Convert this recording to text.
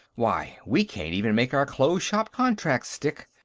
why, we can't even make our closed-shop contracts stick.